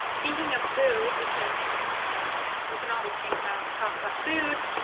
speaking of food, because i mean we can always think about and talk about food,